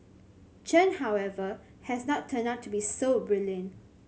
Chen however has not turned out to be so brilliant